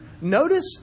Notice